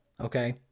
Okay